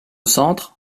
centre